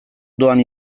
doan